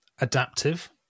adaptive